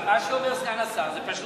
מה שאומר סגן השר זה פשוט